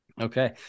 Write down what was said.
Okay